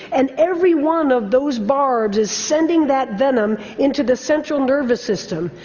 and every one of those barbs is sending that venom into the central nervous system.